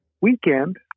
weekend—